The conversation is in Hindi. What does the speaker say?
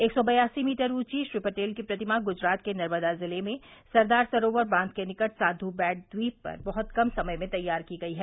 एक सौ बयासी मीटर ऊंची श्री पटेल की प्रतिमा गुजरात के नर्मदा जिले में सरदार सरोवर बांध के निकट साघू बैट ट्वीप पर बहुत कम समय में तैयार की गई है